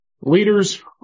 Leaders